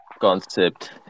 concept